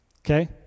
Okay